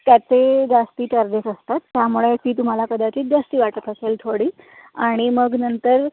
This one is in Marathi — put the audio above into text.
त्याचे जास्त चार्जेस असतात त्यामुळे ती तुम्हाला कदाचित जास्त वाटत असेल थोडी आणि मग नंतर